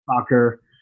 Soccer